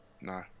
No